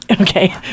okay